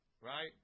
Right